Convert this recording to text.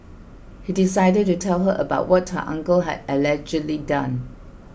he decided to tell her about what her uncle had allegedly done